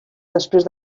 després